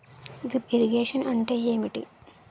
Drip irrigation అంటే ఏమిటి?